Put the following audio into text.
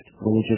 religious